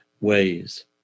ways